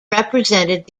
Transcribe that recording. represented